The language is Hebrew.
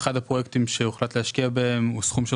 אחד הפרויקטים שהוחלט להשקיע בהם הוא סכום של